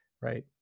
right